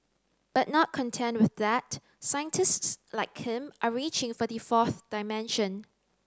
but not content with that scientists like him are reaching for the fourth dimension